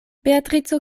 beatrico